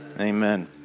Amen